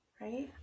right